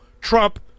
Trump